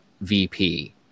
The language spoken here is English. VP